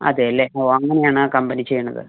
അതെ അല്ലേ ഓ അങ്ങനെ ആണ് ആ കമ്പനി ചെയ്യുന്നത്